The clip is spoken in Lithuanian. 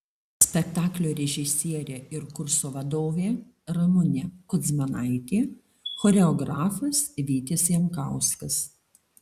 spektaklio režisierė ir kurso vadovė ramunė kudzmanaitė choreografas vytis jankauskas